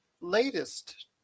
latest